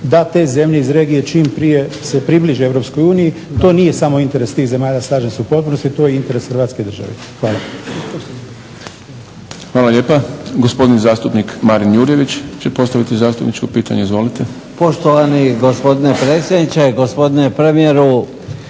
da te zemlje iz regije čim prije se približe EU. To nije samo interes tih zemalja slažem se u potpunosti, to je i interes Hrvatske države. Hvala. **Šprem, Boris (SDP)** Hvala lijepa. Gospodin zastupnik Marin Jurjević će postaviti zastupničko pitanje. Izvolite. **Jurjević, Marin (SDP)** Poštovani gospodine predsjedniče, gospodine premijeru,